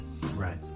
Right